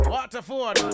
Waterford